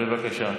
בבקשה.